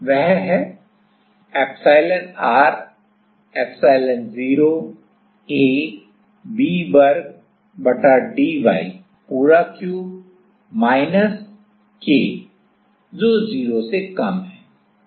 वह है epsilon r epsilon0 A V वर्ग बटा dy पूरा क्यूब माइनस K जो 0 से कम है